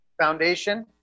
foundation